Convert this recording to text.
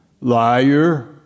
Liar